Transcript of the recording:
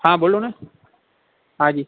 હા બોલોને હા જી